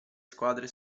squadre